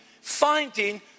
finding